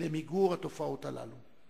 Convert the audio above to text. למיגור התופעות הללו.